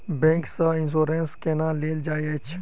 bank सँ insurance केना लेल जाइत अछि